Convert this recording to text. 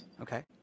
Okay